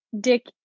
dick